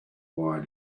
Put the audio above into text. wine